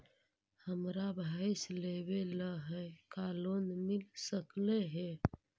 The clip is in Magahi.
हमरा भैस लेबे ल है का लोन मिल सकले हे?